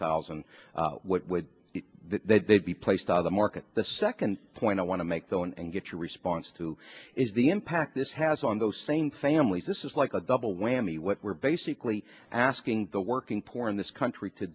thousand what would they be placed on the market the second point i want to make though and get your response to is the impact this has on those same families this is like a double whammy what we're basically asking the working poor in this country to